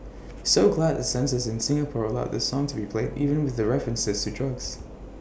so glad the censors in Singapore allowed this song to be played even with references to drugs